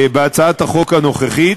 בהצעת החוק הנוכחית,